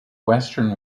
western